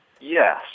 Yes